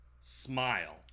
Smile